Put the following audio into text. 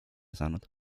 saanud